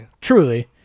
truly